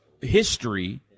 history